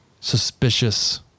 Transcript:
suspicious